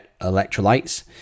electrolytes